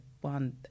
one